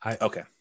okay